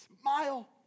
Smile